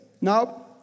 Now